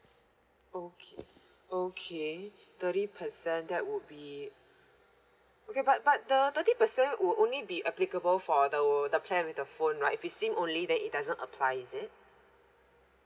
okay okay thirty percent that would be okay but but the thirty percent would only be applicable for the the plan with the phone right if it's SIM only then it doesn't apply is it